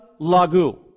Lagu